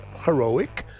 heroic